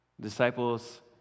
disciples